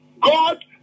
God